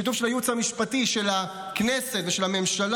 שיתוף של הייעוץ המשפטי של הכנסת ושל הממשלה,